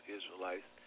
Israelites